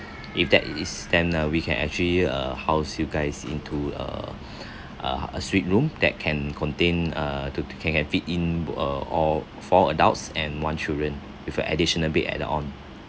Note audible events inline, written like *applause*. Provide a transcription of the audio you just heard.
if that it is then uh we can actually uh house you guys into uh *breath* uh a suite room that can contain uh to to can fit in uh all four adults and one children with a additional bed add on